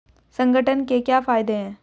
संगठन के क्या फायदें हैं?